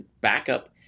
backup